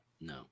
No